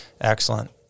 Excellent